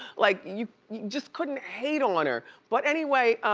like you you just couldn't hate on her. but anyway,